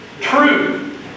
true